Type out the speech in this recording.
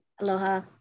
Aloha